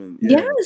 yes